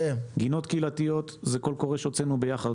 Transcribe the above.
גינות קהילתיות זה קול קורא שהוצאנו יחד.